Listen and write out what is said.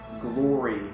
glory